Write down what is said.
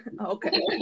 Okay